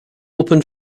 open